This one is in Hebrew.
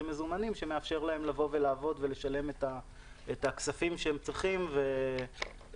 מזומנים שמאפשר להם לשלם את הכספים שהם צריכים ולפעול.